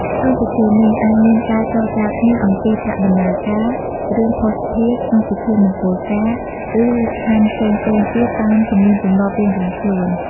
ក្នុងពិធីនេះ អាចមានការចរចាគ្នាអំពីប្រាក់បណ្ណាការ គ្រឿងភស្តុភារក្នុងពិធីមង្គលការ ឬលក្ខខណ្ឌផ្សេងៗទៀតតាមទំនៀមទម្លាប់រៀងៗខ្លួន។